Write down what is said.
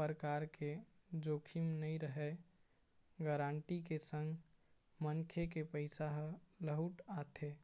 परकार के जोखिम नइ रहय गांरटी के संग मनखे के पइसा ह लहूट आथे